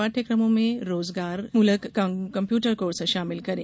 पाठ्यक्रमों में रोजगार मूलक कम्प्यूटर कोर्स शामिल करें